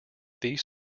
these